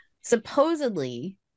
supposedly